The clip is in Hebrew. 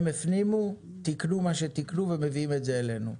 הם הפנימו, תקנו מה שתקנו ומביאים את זה אלינו.